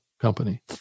company